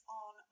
on